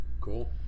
Cool